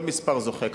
כל מספר זוכה.